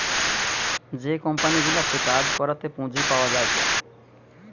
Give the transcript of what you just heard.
যে কোম্পানি গুলাতে কাজ করাতে পুঁজি পাওয়া যায়টে